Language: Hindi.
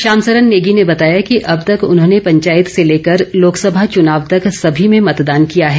श्याम सरन नेगी ने बताया कि अब तक उन्होंने पंचायत से लेकर लोकसभा चुनाव तक सभी में मतदान किया है